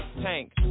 tank